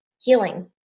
healing